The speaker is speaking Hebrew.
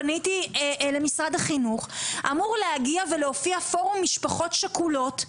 פניתי למשרד החינוך אמור להופיע פורום משפחות שכולות,